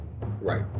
Right